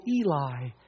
Eli